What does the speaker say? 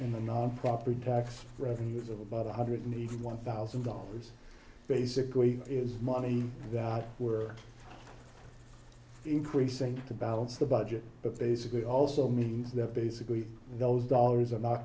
in the non property tax revenues of about one hundred ninety one thousand dollars basically is money that we're increasing to balance the budget but basically also means that basically those dollars are not